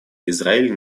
израиль